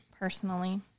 Personally